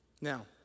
Now